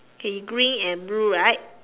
okay green and blue right